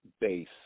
base